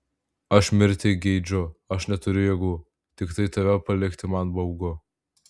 aš mirti geidžiu aš neturiu jėgų tiktai tave palikti man baugu